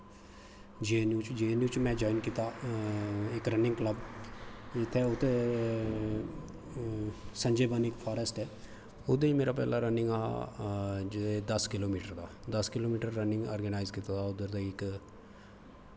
जे ऐन्न जू च में जवाईन कीता इक रनिंग ते उत्थें संदे बानिक इक फॉरैस्ट ऐ ओह्दै च मेरा पैह्ला रनिंग हा दस किल्लो मीटर रनिंग आर्गनाईड़ कीता दा हा उद्धर ते इक